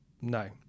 No